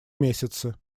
месяцы